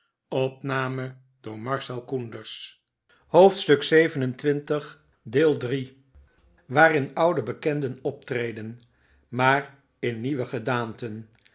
hoofdstuk xxvii waarin oude bekenden optreden maar in nieuwe gedaanten